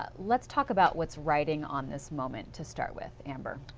ah let's talk about what's riding on this moment to start with, amber.